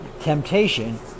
temptation